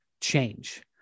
change